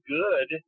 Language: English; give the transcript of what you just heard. good